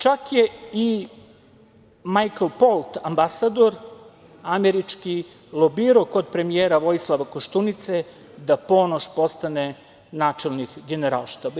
Čak je i Majkl Pont, ambasador američki, lobirao kod premijer Vojislava Koštunice da Ponoš postane načelnik Generalštaba.